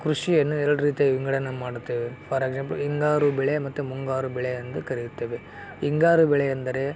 ಕೃಷಿಯನ್ನು ಎರಡು ರೀತಿಯಾಗಿ ವಿಂಗಡಣೆ ಮಾಡುತ್ತೇವೆ ಫಾರ್ ಎಕ್ಸಾಂಪಲ್ ಹಿಂಗಾರು ಬೆಳೆ ಮತ್ತು ಮುಂಗಾರು ಬೆಳೆ ಎಂದು ಕರೆಯುತ್ತೇವೆ ಹಿಂಗಾರು ಬೆಳೆ ಎಂದರೆ